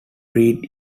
breed